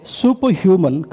superhuman